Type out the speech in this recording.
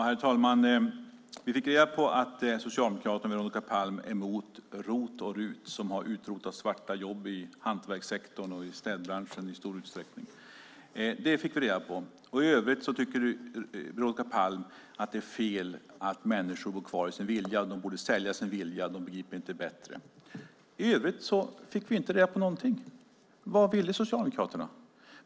Herr talman! Vi fick reda på att Socialdemokraterna och Veronica Palm är emot ROT och RUT som i stor utsträckning har utrotat svarta jobb inom hantverkssektorn och städbranschen. I övrigt tycker Veronica Palm att det är fel att människor bor kvar i sina villor. De borde sälja sina villor, men begriper inte det. I övrigt fick vi inte veta någonting. Vad vill Socialdemokraterna?